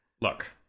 look